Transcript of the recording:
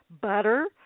Butter